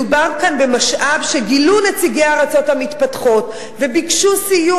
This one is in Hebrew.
מדובר כאן במשאב שגילו נציגי הארצות המתפתחות באסיה,